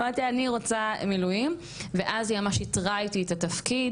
אמרתי "אני רוצה מילואים" ואז היא ממש איתרה איתי את התפקיד,